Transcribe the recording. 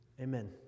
amen